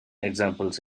examples